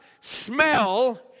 smell